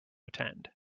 attend